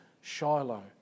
Shiloh